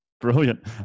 Brilliant